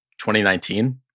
2019